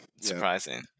Surprising